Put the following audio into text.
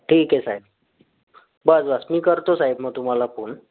ठीक आहे साहेब बासबास मी करतो साहेब मग तुम्हाला फोन